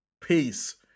Peace